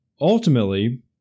ultimately